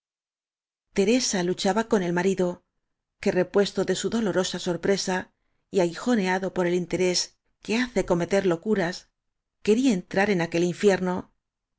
teresa luchaba con el marido que repues to de su dolorosa sorpresa y aguijoneado por el interés que hace cometer locuras quería en trar en aquel infierno